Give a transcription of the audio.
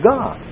God